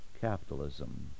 capitalism